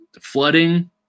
Flooding